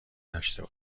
داشته